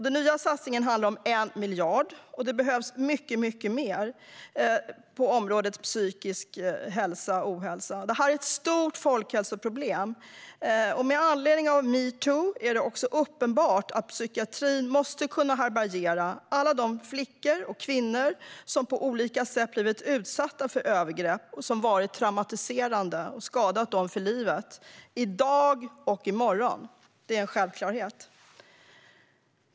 Den nya satsningen handlar om 1 miljard. Det behövs mycket mer på området psykisk hälsa och ohälsa. Detta är ett stort folkhälsoproblem. Med anledning av metoo är det också uppenbart att psykiatrin måste kunna härbärgera alla de flickor och kvinnor som på olika sätt blivit utsatta för övergrepp som har varit traumatiserande och skadat dem för livet. Det gäller i dag och i morgon. Det är en självklarhet.